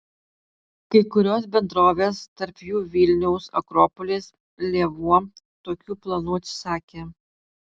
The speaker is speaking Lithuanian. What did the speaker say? kai kurios bendrovės tarp jų vilniaus akropolis lėvuo tokių planų atsisakė